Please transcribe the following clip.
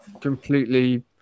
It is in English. completely